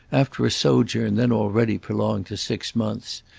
after a sojourn then already prolonged to six months,